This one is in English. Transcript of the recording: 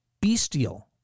bestial